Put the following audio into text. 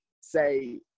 say